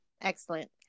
Excellent